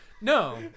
No